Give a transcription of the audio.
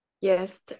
Yes